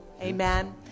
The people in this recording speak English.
amen